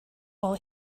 all